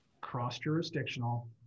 cross-jurisdictional